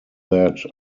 that